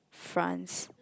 France